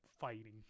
fighting